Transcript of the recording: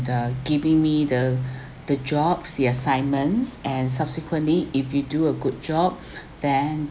they are giving me the the jobs the assignments and subsequently if you do a good job then